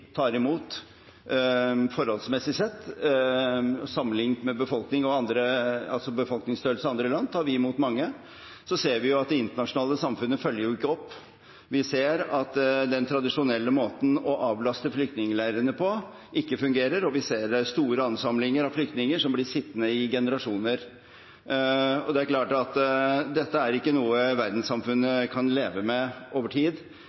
at det internasjonale samfunnet ikke følger opp. Vi ser at den tradisjonelle måten å avlaste flyktningleirene på ikke fungerer, og vi ser store ansamlinger av flyktninger som blir sittende i generasjoner. Det er klart at dette ikke er noe verdenssamfunnet kan leve med over tid,